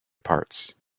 parts